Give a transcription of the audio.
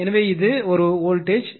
எனவேஇது ஒரு வோல்டேஜ் ம்